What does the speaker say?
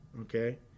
okay